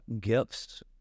gifts